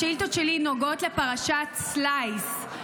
השאילתות שלי נוגעות לפרשת סלייס.